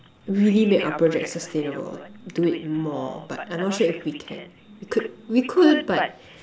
really make our project sustainable do it more but I'm not sure if we can we could we could but